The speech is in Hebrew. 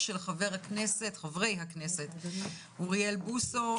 של חברי הכנסת אוריאל בוסו,